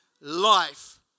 life